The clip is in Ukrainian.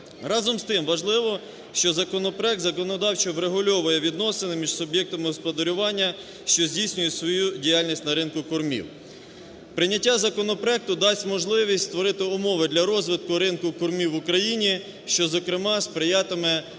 Разом з тим, важливо, що законопроект законодавчо врегульовує відносини між суб'єктами господарювання, що здійснюють свою діяльність на ринку кормів. Прийняття законопроекту дасть можливість створити умови для розвитку ринку кормів в Україні, що, зокрема, сприятиме